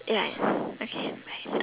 ya okay bye